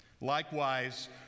Likewise